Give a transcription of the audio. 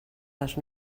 les